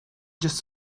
just